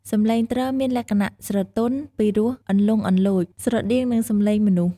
សំឡេងទ្រមានលក្ខណៈស្រទន់ ពីរោះលន្លង់លន្លោច ស្រដៀងនឹងសំឡេងមនុស្ស។